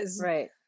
Right